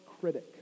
critic